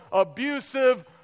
abusive